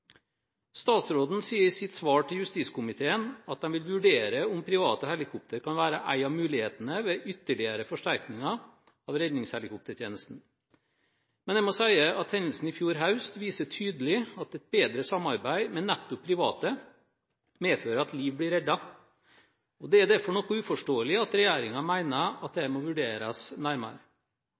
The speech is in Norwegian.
Statsråden sier i sitt svar til justiskomiteen at en vil vurdere om private helikoptre kan være en av mulighetene ved ytterligere forsterkninger av redningshelikoptertjenesten. Men jeg må si at hendelsen i fjor høst viser tydelig at et bedre samarbeid med nettopp private medfører at liv blir reddet. Det er derfor noe uforståelig at regjeringen mener at dette må vurderes nærmere.